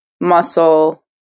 muscle